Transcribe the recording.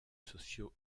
socio